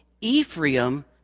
Ephraim